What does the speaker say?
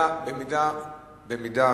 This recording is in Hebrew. מי שנגד,